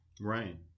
Right